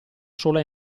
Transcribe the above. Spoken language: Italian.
sola